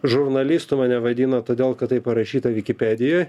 žurnalistu mane vadino todėl kad tai parašyta vikipedijoj